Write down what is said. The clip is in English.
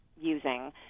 using